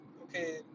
okay